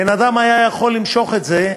בן-אדם היה יכול למשוך את זה,